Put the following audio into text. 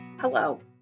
Hello